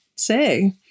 Say